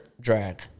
drag